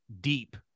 deep